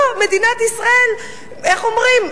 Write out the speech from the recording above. לא, מדינת ישראל, איך אומרים?